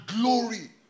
glory